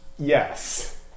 yes